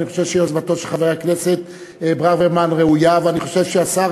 אני חושב שיוזמתו של חבר הכנסת ברוורמן ראויה.